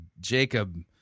Jacob